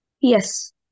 Yes